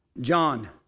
John